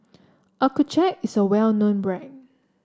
Accucheck is a well known brand